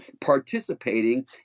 participating